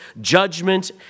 judgment